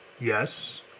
yes